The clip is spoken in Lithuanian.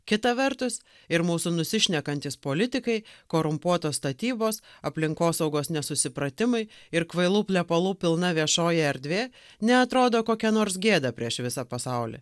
kita vertus ir mūsų nusišnekantys politikai korumpuotos statybos aplinkosaugos nesusipratimai ir kvailų plepalų pilna viešoji erdvė neatrodo kokia nors gėda prieš visą pasaulį